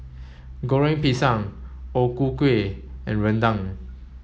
Goreng Pisang O Ku Kueh and Rendang